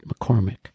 McCormick